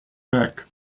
back